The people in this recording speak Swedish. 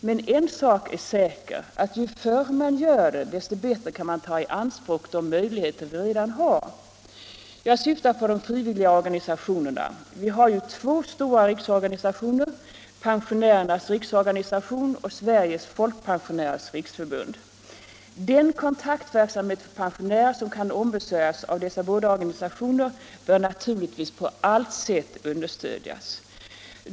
Men en sak är säker: ju förr man gör det, desto bättre kan man ta i anspråk de möjligheter vi redan har. Jag syftar på de frivilliga organisationerna. Vi har två riksorganisationer, Pensionärernas riksorganisation och Sveriges folkpensionärers riksförbund. Den kontaktverksamhet för pensionärer som kan ombesörjas av dessa båda organisationer bör naturligtvis på allt sätt understödjas.